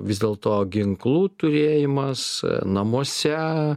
vis dėlto ginklų turėjimas namuose